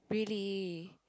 really